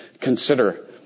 Consider